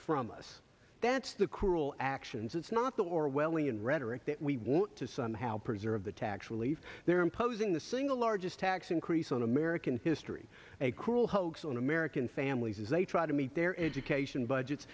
from us that's the cruel actions it's not the orwellian rhetoric that we want to somehow preserve the tax relief they're imposing the single largest tax increase on american history a cruel hoax on american families as they try to meet their education budgets